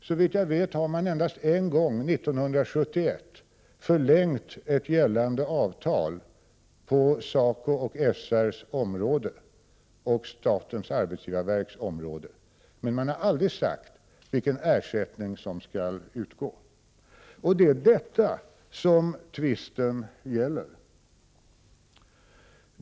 Såvitt jag vet har man endast en gång, 1971, förlängt ett gällande avtal på SACO/SR:s och statens arbetsgivarverks område. Men man har aldrig sagt vilken ersättning som skall utgå, och det är detta som tvisten gäller.